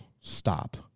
stop